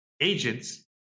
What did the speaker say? agents